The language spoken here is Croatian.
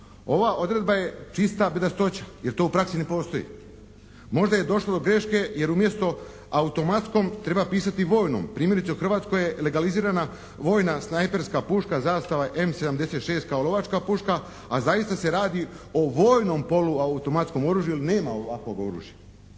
Ova odredba je čista bedastoća jer to u praksi ne postoji. Možda je došlo do greške jer umjesto automatskom treba pisati vojnom. Primjerice u Hrvatskoj je legalizirana vojna snajperska puška, «Zastava M-76» kao lovačka puška a zaista se radi o vojnom poluautomatskom oružju jer nema ovakvog oružja.